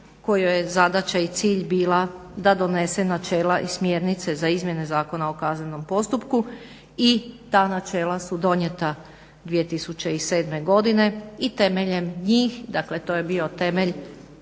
kojoj je zadaća i cilj bila da donese načela i smjernice za izmjene Zakona o kaznenom postupku i ta načela su donijeta 2007. godine i temeljem njih, dakle to je bio temelj